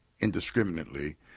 indiscriminately